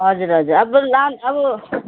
हजुर हजुर अब ल अब